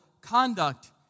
conduct